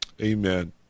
Amen